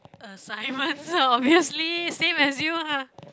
assignments ah obviously same as you ah